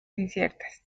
inciertas